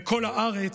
/ וכל הארץ